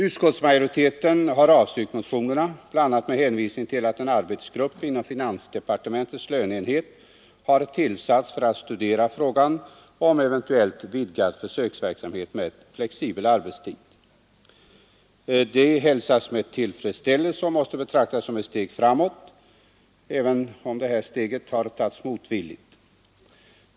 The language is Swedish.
Utskottsmajoriteten har avstyrkt motionerna bl.a. med hänvisning till att en arbetsgrupp inom finansdepartementets löneenhet har tillsatts för att studera en eventuellt vidgad försöksverksamhet med flexibel arbetstid. Det hälsas med tillfredsställelse och måste betraktas som ett steg framåt, även om detta steg har tagits motvilligt.